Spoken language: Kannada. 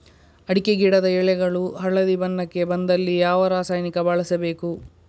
ಅಡಿಕೆ ಗಿಡದ ಎಳೆಗಳು ಹಳದಿ ಬಣ್ಣಕ್ಕೆ ಬಂದಲ್ಲಿ ಯಾವ ರಾಸಾಯನಿಕ ಬಳಸಬೇಕು?